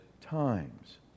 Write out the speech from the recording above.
times